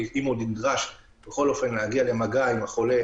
כי אם הוא נדרש בכל אופן להגיע למגע עם החולה